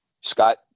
Scott